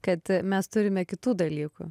kad mes turime kitų dalykų